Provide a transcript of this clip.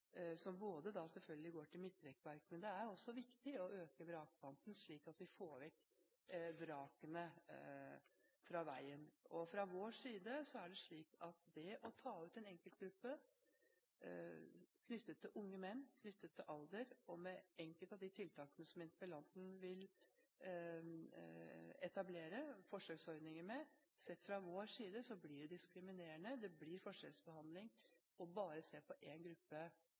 som også selvfølgelig går til midtrekkverk. Men det er også viktig å øke vrakpanten, slik at vi får vekk vrakene fra veien. Fra vår side mener vi at å ta ut en enkeltgruppe, knyttet til unge menn, knyttet til alder, med enkelte tiltak som interpellanten vil etablere forsøksordninger med, blir diskriminerende. Det blir forskjellsbehandling bare å se på en gruppe